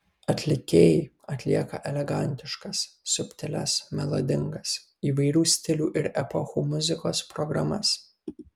atlikėjai atlieka elegantiškas subtilias melodingas įvairių stilių ir epochų muzikos programas